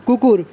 কুকুর